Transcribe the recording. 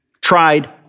tried